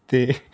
ਅਤੇ